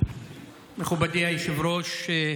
מכובדי היושב-ראש,